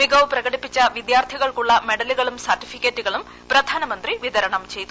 മികവു പ്രകടിപ്പിച്ച വിദ്യാർത്ഥികൾക്കുള്ള മെഡലുകളും സർട്ടിഫിക്കറ്റുകളും പ്രധാനമന്ത്രി വിതരണം ചെയ്തു